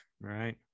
Right